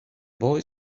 boy